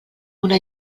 una